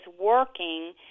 working